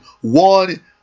one